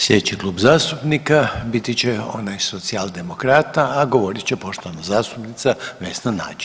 Slijedeći klub zastupnika biti će onaj Socijaldemokrata, a govorit će poštovana zastupnica Vesna Nađ.